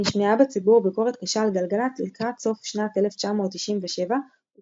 נשמעה בציבור ביקורת קשה על גלגלצ לקראת סוף שנת 1997 ותחילת